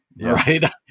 right